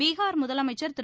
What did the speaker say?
பிகார் முதலைமச்சர் திரு